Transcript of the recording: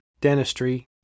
dentistry